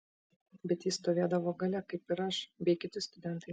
bet ji stovėdavo gale kaip ir aš bei kiti studentai